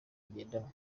ngendanwa